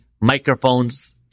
microphones